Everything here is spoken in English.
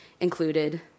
included